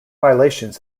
violations